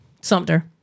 sumter